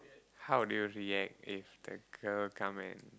how do you react if the girl come and